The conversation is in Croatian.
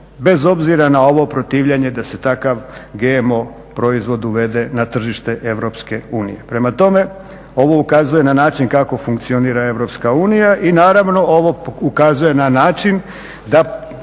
bez obzira na ovo protivljenje da se takav GMO proizvod uvede na tržište Europske unije. Prema tome, ovo ukazuje na način kako funkcionira Europska unija i naravno ovo ukazuje na način, na